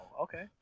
Okay